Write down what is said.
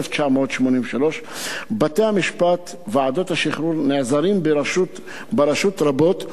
1983. בתי-המשפט וועדות השחרור נעזרים ברשות רבות,